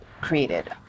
created